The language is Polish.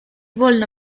wolno